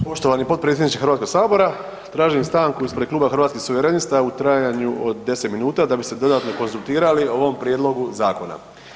Poštovani potpredsjedniče HS, tražim stanku ispred Kluba Hrvatskih suverenista u trajanju od 10 minuta da bi se dodatno konzultirali o ovom prijedlogu zakona.